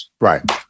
right